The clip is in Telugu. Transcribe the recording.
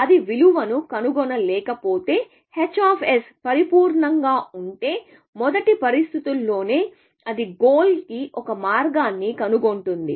అది విలువను కనుగొనలేకపోతే h పరిపూర్ణంగా ఉంటే మొదటి పరిస్థితిలోనే అది గోల్ కి ఒక మార్గాన్ని కనుగొంటుంది